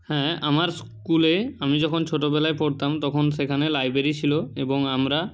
হ্যাঁ আমার স্কুলে আমি যখন ছোটবেলায় পড়তাম তখন সেখানে লাইব্রেরি ছিল এবং আমরা